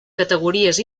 categories